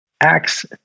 acts